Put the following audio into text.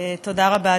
תודה רבה,